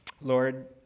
Lord